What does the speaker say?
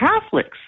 Catholics